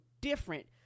different